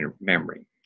memory